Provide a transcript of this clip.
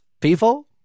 people